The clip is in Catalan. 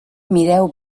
mireu